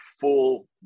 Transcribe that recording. full